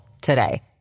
today